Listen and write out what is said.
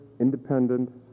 independent